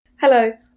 Hello